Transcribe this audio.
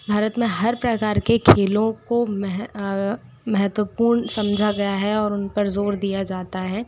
भारत में हर प्रकार के खेलों को महे महेत्वपूर्ण समझा गया है और उन पर ज़ोर दिया जाता है